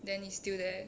then it's still there